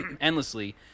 endlessly